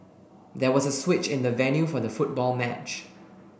there was a switch in the venue for the football match